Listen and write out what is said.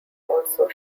also